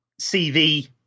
CV